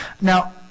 Now